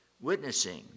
witnessing